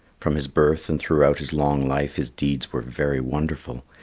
from his birth and throughout his long life his deeds were very wonderful.